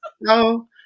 no